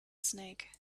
snake